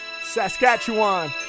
Saskatchewan